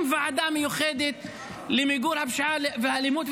ועדה מיוחדת למיגור הפשיעה והאלימות.